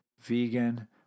vegan